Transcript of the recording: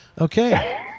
Okay